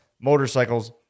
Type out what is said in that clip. motorcycles